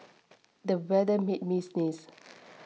the weather made me sneeze